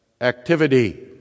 activity